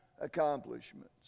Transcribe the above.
accomplishments